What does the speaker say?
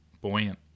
buoyant